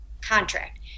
contract